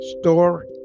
store